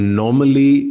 normally